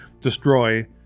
destroy